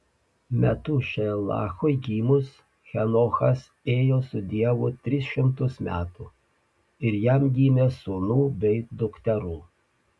metušelachui gimus henochas ėjo su dievu tris šimtus metų ir jam gimė sūnų bei dukterų